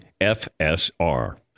FSR